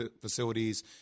facilities